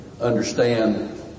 understand